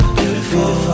beautiful